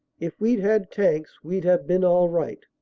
if we'd had tanks we'd have been all right.